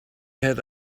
had